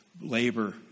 labor